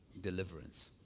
deliverance